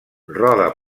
roda